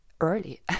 early